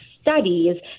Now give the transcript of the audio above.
studies